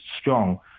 strong